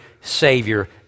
Savior